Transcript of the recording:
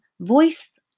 voice